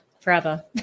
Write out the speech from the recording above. forever